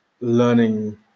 learning